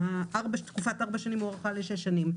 תקופת ארבע השנים הוארכה לשש שנים,